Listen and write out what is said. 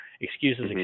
Excuses